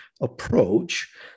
approach